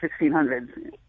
1600s